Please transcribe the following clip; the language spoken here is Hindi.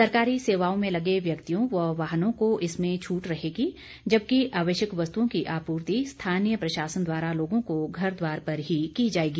सरकारी सेवाओं में लगे व्यक्तियों व वाहनों को इसमें छूट रहेगी जबकि आवश्यक वस्तुओं की आपूर्ति स्थानीय प्रशासन द्वारा लोगों को घर द्वार पर ही की जाएगी